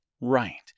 right